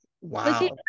Wow